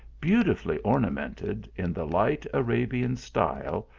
beautifully ornamented in the light arabian style,